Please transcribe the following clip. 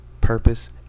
purpose